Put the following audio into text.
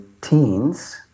teens